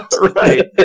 Right